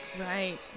right